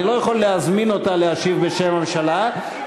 אני לא יכול להזמין אותה להשיב בשם הממשלה.